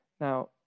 Now